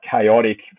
chaotic